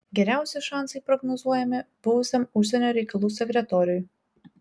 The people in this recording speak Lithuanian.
geriausi šansai prognozuojami buvusiam užsienio reikalų sekretoriui